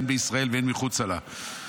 הן בישראל והן מחוצה לה.